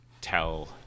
tell